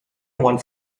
one